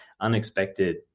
unexpected